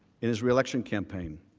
in his reelection campaign.